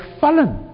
fallen